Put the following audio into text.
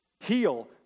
Heal